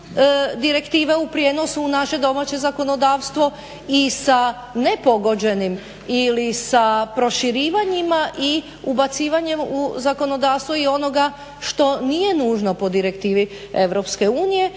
direktive u prijenosu u naše domaće zakonodavstvo i sa nepogođenim ili sa proširivanjima i ubacivanjem u zakonodavstvo i onoga što nije nužno po direktivi